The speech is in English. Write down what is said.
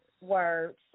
words